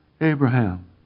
Abraham